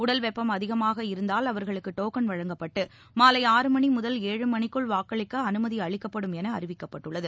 உடல் வெப்பம் அதிகமாக இருந்தால் அவர்களுக்குடோக்கன் வழங்கப்பட்டுமாலை ஆறு மணிமுதல் ஏழு மணிக்குள் வாக்களிக்கஅனுமதிஅளிக்கப்படும் எனஅறிவிக்கப்பட்டுள்ளது